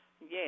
Yes